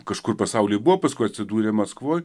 kažkur pasaulyje buvo paskui atsidūrė maskvoj